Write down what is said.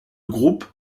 groupe